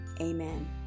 amen